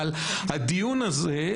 אבל הדיון הזה,